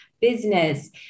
business